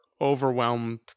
overwhelmed